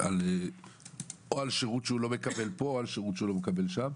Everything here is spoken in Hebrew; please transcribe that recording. או על שירות שהוא לא מקבל פה או על שירות שהוא לא מקבל שם.